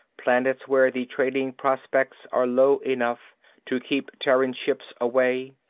planets where the trading prospects are low enough to keep terran ships away.